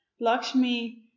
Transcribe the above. Lakshmi